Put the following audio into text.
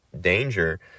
danger